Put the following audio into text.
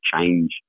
change